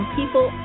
people